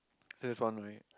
here's one way